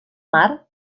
mar